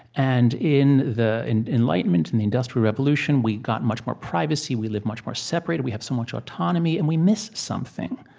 and in the enlightenment and the industrial revolution, we got much more privacy. we lived much more separated. we have so much autonomy. and we miss something.